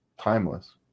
timeless